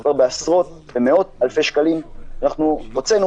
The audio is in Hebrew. מדובר בעשרות ומאות אלפי שקלים שאנחנו הוצאנו,